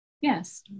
yes